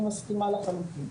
אני מסכימה לחלוטין,